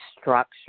structure